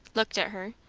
looked at her,